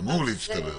אמור להצטבר.